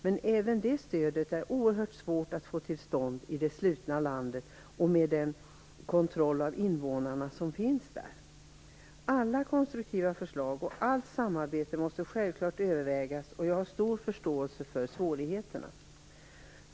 Men sådant stöd är oerhört svårt att få till stånd i det slutna landet, med den kontroll av invånarna som finns. Det är självklart att alla konstruktiva förslag och allt samarbete måste övervägas. Jag har stor förståelse för att det finns svårigheter.